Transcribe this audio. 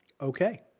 Okay